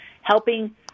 helping